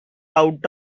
out